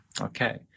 okay